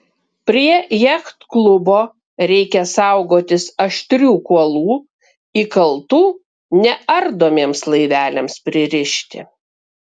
prie jachtklubo reikia saugotis aštrių kuolų įkaltų neardomiems laiveliams pririšti